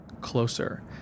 closer